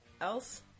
else